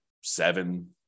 seven